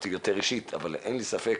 לי ספק.